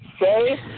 say